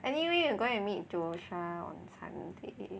anyway you going to meet Joshua